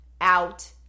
out